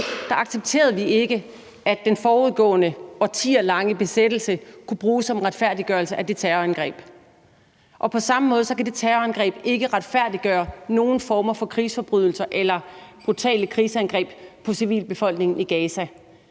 accepterede vi ikke, at den forudgående årtier lange besættelse kunne bruges som en retfærdiggørelse af det terrorangreb? Og på samme måde kan det terrorangreb ikke retfærdiggøre nogen former for krigsforbrydelser eller brutale krigsangreb på civilbefolkningen i Gaza.